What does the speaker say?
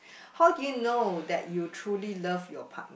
how do you know that you truly love your partner